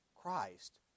Christ